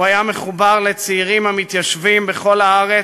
הוא היה מחובר לצעירים המתיישבים בכל הארץ,